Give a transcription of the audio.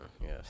Yes